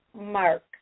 mark